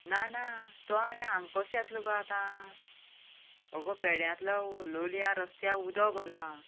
ना ना तो आनी हांगा कसो येतलो गे आतां अगो पेड्यांतलो लोलयां रस्त्याक उदक भरलां